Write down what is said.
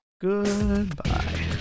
Goodbye